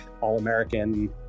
all-american